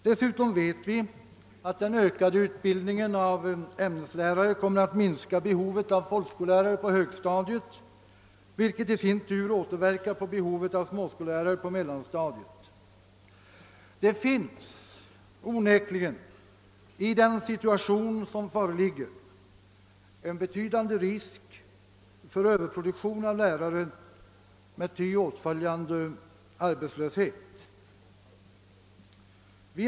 Dessutom vet vi att den ökade utbildningen av ämneslärare kommer att minska behovet av folkskollärare på högstadiet, vilket i sin tur återverkar på behovet av småskollärare på mellanstadiet. Det finns onekligen i den situation som föreligger en betydande risk för överproduktion av lärare med ty åtföljande arbetslöshet.